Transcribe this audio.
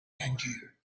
tangier